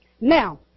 Now